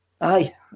aye